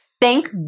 Thank